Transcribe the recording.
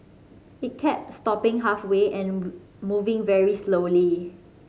it kept stopping halfway and moving very slowly